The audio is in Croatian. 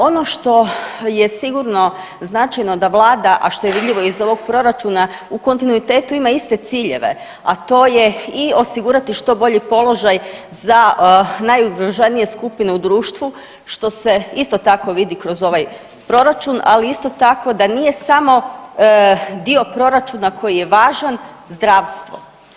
Ono što je sigurno značajno da Vlada, a što je vidljivo iz ovog Proračuna u kontinuitetu ima iste ciljeve, a to je i osigurati što bolji položaj za najugroženije skupine u društvu što se isto tako vidi kroz ovaj Proračun, ali isto tako da nije samo dio proračuna koji je važan zdravstvo.